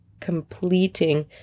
completing